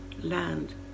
land